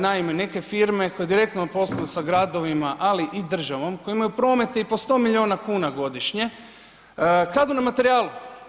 Naime, neke firme koje direktno posluju sa gradovima, ali i državom, koji imaju promete i po 100 milijuna kuna godišnje, kradu na materijalu.